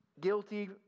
guilty